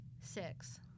Six